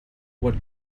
what